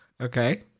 Okay